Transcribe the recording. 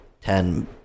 ten